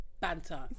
banter